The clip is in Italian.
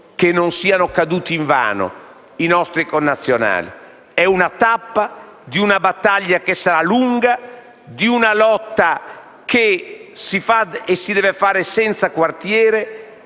che non siano caduti invano i nostri connazionali: è una tappa di una battaglia che sarà lunga, di una lotta che si deve fare senza quartiere,